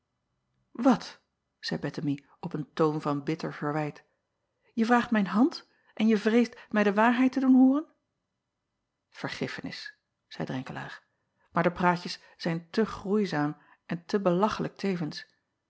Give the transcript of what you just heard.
at zeî ettemie op een toon van bitter verwijt je vraagt mijn hand en je vreest mij de waarheid te doen hooren ergiffenis zeî renkelaer maar de praatjes zijn te gruwzaam en te belachelijk tevens